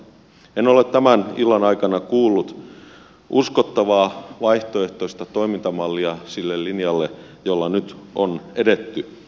en ole tämän illan aikana kuullut uskottavaa vaihtoehtoista toimintamallia sille linjalle jolla nyt on edetty